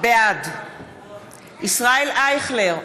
בעד ישראל אייכלר,